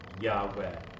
Yahweh